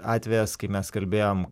atvejis kai mes kalbėjom